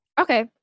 Okay